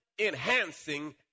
enhancing